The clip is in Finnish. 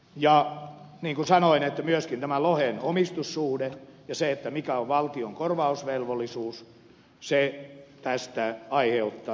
niin kuin sanoin myöskin lohen omistussuhde ja se mikä on valtion korvausvelvollisuus aiheuttaa tässä sen ongelman